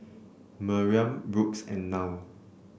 Miriam Brooks and Nile